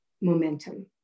momentum